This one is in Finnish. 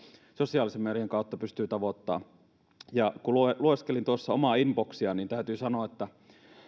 sosiaalisen median kautta pystyy tavoittamaan kun lueskelin tuossa omaa inboxiani niin täytyy sanoa